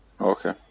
Okay